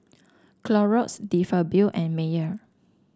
Clorox De Fabio and Mayer